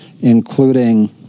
including